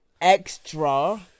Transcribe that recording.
Extra